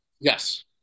Yes